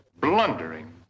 blundering